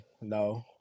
no